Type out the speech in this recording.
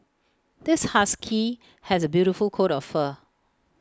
this husky has A beautiful coat of fur